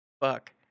fuck